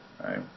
right